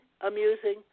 amusing